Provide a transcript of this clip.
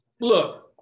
Look